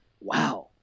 Wow